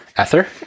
Ether